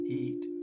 eat